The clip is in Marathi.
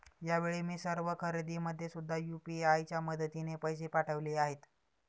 यावेळी मी सर्व खरेदीमध्ये सुद्धा यू.पी.आय च्या मदतीने पैसे पाठवले आहेत